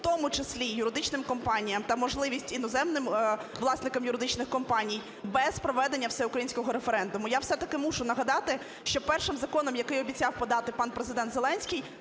в тому числі юридичним компаніям, та можливість іноземним власникам юридичних компаній без проведення всеукраїнського референдуму. Я все-таки мушу нагадати, що першим законом, який обіцяв подати пан Президент Зеленський,